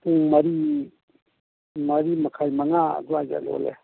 ꯄꯨꯡ ꯃꯔꯤ ꯃꯔꯤ ꯃꯈꯥꯏ ꯃꯉꯥ ꯑꯗꯨꯋꯥꯏꯗ ꯂꯣꯜꯂꯦ